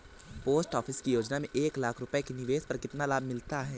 Post office की योजना में एक लाख रूपए के निवेश पर कितना लाभ मिलता है?